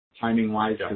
timing-wise